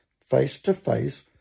face-to-face